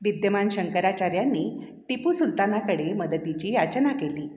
विद्यमान शंकराचार्यांनी टिपू सुलतानाकडे मदतीची याचना केली